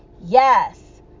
yes